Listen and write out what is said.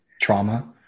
trauma